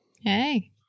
Hey